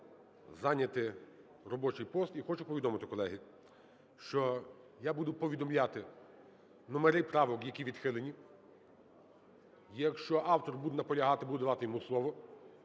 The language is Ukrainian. зайняти робочий пост. І хочу повідомити, колеги, що я буду повідомляти номери правок, які відхилені. Якщо автор буде наполягати, буду надавати йому слово.